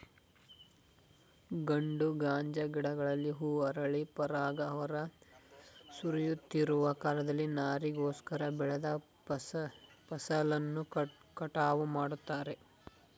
ಗಂಡು ಗಾಂಜಾ ಗಿಡಗಳಲ್ಲಿ ಹೂ ಅರಳಿ ಪರಾಗ ಹೊರ ಸುರಿಯುತ್ತಿರುವ ಕಾಲದಲ್ಲಿ ನಾರಿಗೋಸ್ಕರ ಬೆಳೆದ ಫಸಲನ್ನು ಕಟಾವು ಮಾಡ್ತಾರೆ